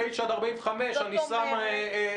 את תשעה עד 45 קילומטר אני שם בספק.